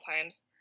times